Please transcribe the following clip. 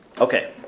Okay